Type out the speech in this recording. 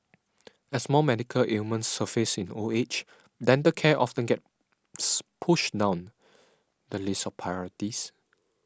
as more medical ailments surface in old age dental care often gets pushed down the list of priorities